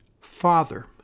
Father